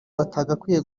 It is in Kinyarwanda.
batagakwiye